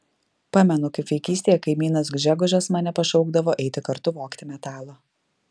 pamenu kaip vaikystėje kaimynas gžegožas mane pašaukdavo eiti kartu vogti metalo